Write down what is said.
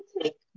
take